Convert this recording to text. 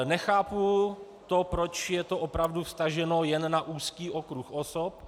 Nechápu to, proč je to opravdu vztaženo jen na úzký okruh osob.